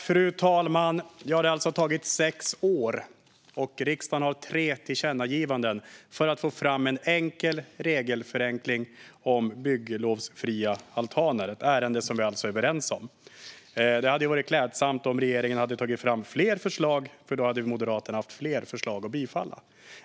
Fru talman! Det har alltså tagit sex år och tre tillkännagivanden från riksdagen för att få fram en enkel regelförenkling om bygglovsfria altaner, ett ärende där vi är överens. Det hade varit klädsamt om regeringen hade tagit fram fler förslag, för då hade Moderaterna haft fler förslag att bifalla.